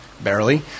barely